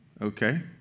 okay